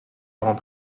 grand